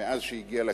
מאז שהיא הגיעה לכנסת,